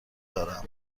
دارم